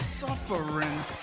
suffering